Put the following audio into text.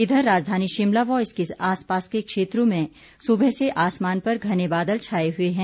इधर राजधानी शिमला व इसके आसपास के क्षेत्रों में सुबह से आसमान पर घने बादल छाए हुए हैं